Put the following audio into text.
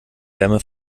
wärme